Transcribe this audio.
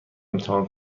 امتحان